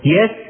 Yes